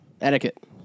Etiquette